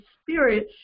Spirit